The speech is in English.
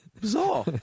bizarre